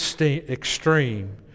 extreme